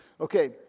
okay